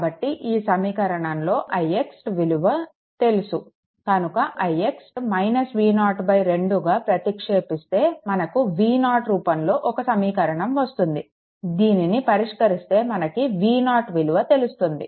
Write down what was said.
కాబట్టి ఈ సమీకరణంలో ix విలువ తెలుసు కనుక ix V0 2గా ప్రతిక్షేపిస్తే మనకు V0 రూపంలో ఒక సమీకరణం వస్తుంది దీనిని పరిష్కరిస్తే మనకు V0 విలువ తెలుస్తుంది